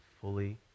fully